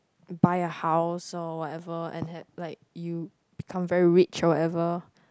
buy a house or whatever and had like you become very rich or ever